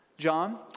John